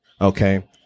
okay